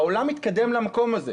העולם מתקדם למקום הזה,